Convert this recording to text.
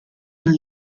nel